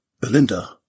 Belinda